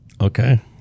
okay